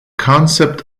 concept